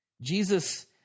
Jesus